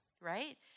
Right